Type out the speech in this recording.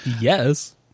yes